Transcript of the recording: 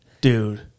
Dude